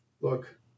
look